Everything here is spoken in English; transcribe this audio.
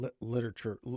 literature